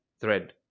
thread